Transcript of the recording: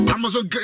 Amazon